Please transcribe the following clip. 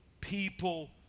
people